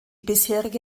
bisherige